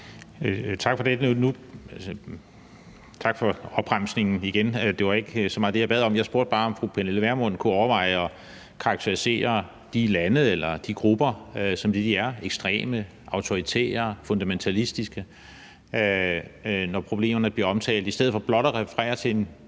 Tak for opremsningen igen. Det var ikke så meget det, jeg bad om. Jeg spurgte bare, om fru Pernille Vermund kunne overveje at karakterisere de lande eller de grupper som det, de er, ekstreme, autoritære og fundamentalistiske, når problemerne bliver omtalt, i stedet for blot at referere til en